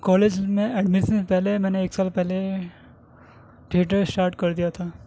college میں admission سے پہلے میں نے ایک سال پہلے تھیٹر اسٹارٹ کر دیا تھا